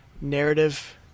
narrative